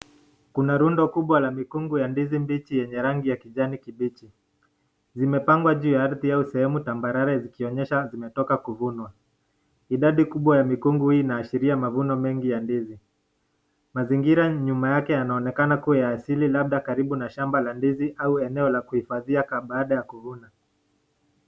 Kuna rundo kubwa la mikungu ya ndizi mbichi yenye rangi ya kijani kibichi. Zimepangwa juu ya ardhi au sehemu tambarare zikionyesha zimetoka kuvunwa. Idadi kubwa ya mikungu inaashiria mavuno mengi ya ndizi mazingira nyuma yake yanaonekana kuwa ya asili labda karibu na shamba la ndizi au eneo ya kuhifadhia baada ya kuvuna.